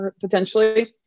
potentially